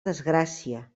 desgràcia